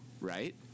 right